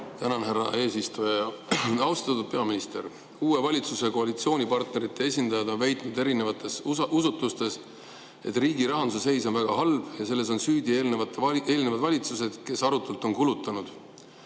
Tänan, härra eesistuja! Austatud peaminister! Uue valitsuse koalitsioonipartnerite esindajad on väitnud erinevates usutlustes, et riigi rahanduse seis on väga halb ja selles on süüdi eelnevad valitsused, kes arutult on kulutanud.